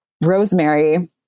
Rosemary